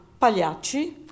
Pagliacci